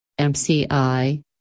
MCI